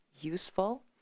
useful